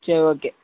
சரி ஓகே